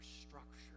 structure